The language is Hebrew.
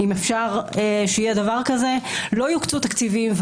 לא יוקצו תקציבים,